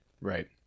right